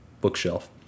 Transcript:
bookshelf